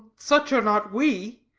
such are not we.